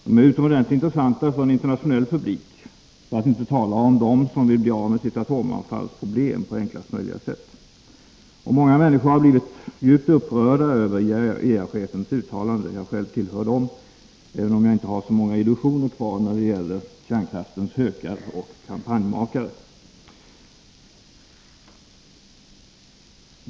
De är utomordentligt intressanta för en internationell publik, för att inte tala om dem som vill bli av med sitt atomavfall på enklast möjliga sätt. Många människor har blivit djupt upprörda över IAEA-chefens uttalan ” den. Jag tillhör dem, även om jag inte har så många illusioner kvar när det gäller kärnkraftens ”hökar” och kampanjmakare.